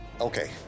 okay